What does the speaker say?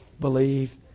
believe